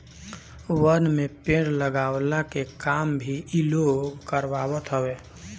वन में पेड़ लगवला के काम भी इ लोग करवावत हवे